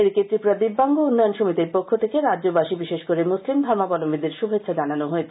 এদিকে ত্রিপুরা দিব্যাঙ্গ উন্নয়ন সমিতির পক্ষ থেকে রাজ্যবাসী বিশেষ করে মুসলিম ধর্মাবলশ্বীদের শুভেচ্ছা জানানো হয়েছে